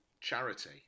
charity